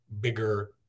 bigger